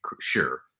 sure